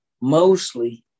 mostly